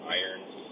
irons